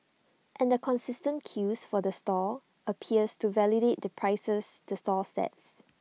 and the consistent queues for the stall appears to validate the prices the stall sets